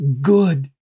good